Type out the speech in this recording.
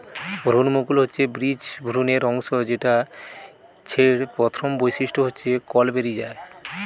ভ্রূণমুকুল হচ্ছে বীজ ভ্রূণের অংশ যেটা ছের প্রথম বৈশিষ্ট্য হচ্ছে কল বেরি যায়